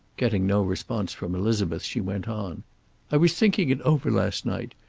getting no response from elizabeth, she went on i was thinking it over last night.